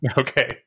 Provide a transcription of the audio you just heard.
Okay